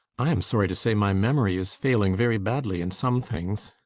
i am sorry to say my memory is failing very badly in some things.